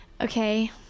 Okay